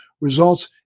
results